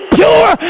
pure